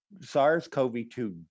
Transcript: SARS-CoV-2